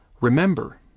remember